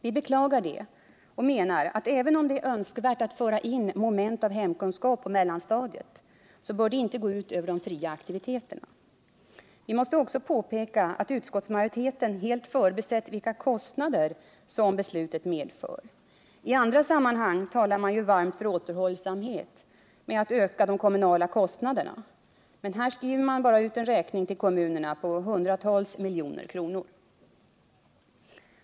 Vi beklagar detta och menar att även om det är önskvärt att införa moment av hemkunskap på mellanstadiet, så bör det inte gå ut över de fria aktiviteterna. Vi måste också påpeka att utskottsmajoriteten helt förbisett vilka kostnader beslutet medför. I andra sammanhang talar man varmt för återhållsamhet med att öka de kommunala kostnaderna. Men här skriver man bara ut en räkning till kommunerna på hundratals miljoner kronor.